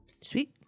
Sweet